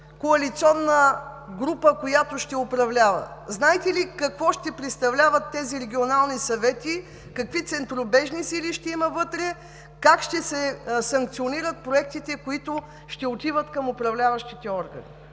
коалиционна група, която ще управлява. Знаете ли, какво ще представляват тези регионални съвети, какви центробежни сили ще има вътре, как ще се санкционират проектите, които ще отиват към управляващите органи?